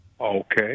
Okay